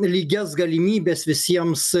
lygias galimybes visiems